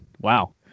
wow